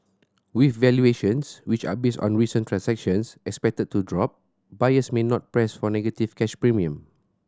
with valuations which are based on recent transactions expected to drop buyers may not press for negative cash premium